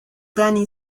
danny